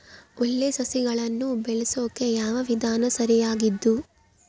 ಒಳ್ಳೆ ಸಸಿಗಳನ್ನು ಬೆಳೆಸೊಕೆ ಯಾವ ವಿಧಾನ ಸರಿಯಾಗಿದ್ದು?